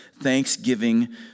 Thanksgiving